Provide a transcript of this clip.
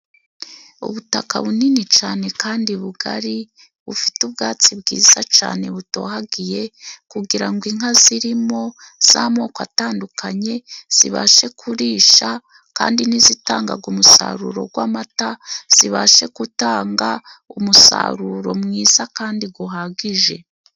Ubutaka bunini cane kandi bugari bufite ubwatsi bwiza cane butohagiye kugira ngo inka zirimo z'amoko atandukanye zibashe kurisha kandi n'izitangaga umusaruro gw'amata zibashe gutanga umusaruro mwiza kandi guhagije.